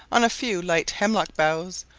on a few light hemlock boughs,